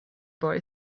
boy